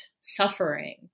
suffering